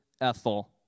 Ethel